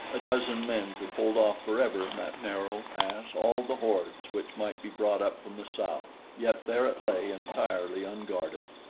a dozen men could hold off forever in that narrow pass all the hordes which might be brought up from the south yet there it lay entirely unguarded.